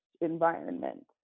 environment